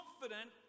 confident